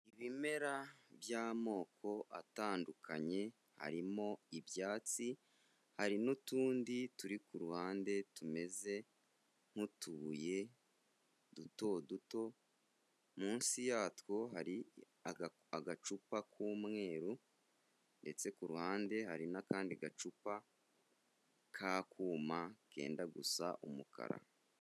Ibimera by'amoko atandukanye harimo ibyatsi, hari n'utundi turi ku ruhande tumeze nk'utubuye duto duto. munsi yatwo hari agacupa k'umweru ndetse kuruhande, hari n'akandi gacupa k'akuma kenda gusa umukara.